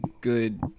good